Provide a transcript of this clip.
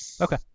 Okay